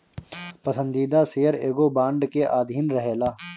पसंदीदा शेयर एगो बांड के अधीन रहेला